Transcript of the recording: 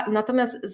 Natomiast